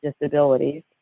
Disabilities